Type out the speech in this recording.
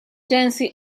jency